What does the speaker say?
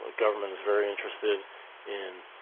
ah government is very interested in